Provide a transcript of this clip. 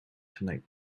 tonight